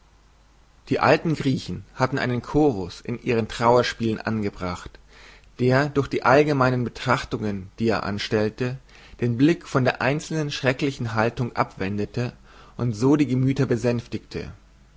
die alten griechen hatten einen chorus in ihren trauerspielen angebracht der durch die allgemeinen betrachtungen die er anstellte den blick von der einzelnen schrecklichen handlung abwendete und so die gemüther besänftigte